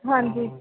ਹਾਂਜੀ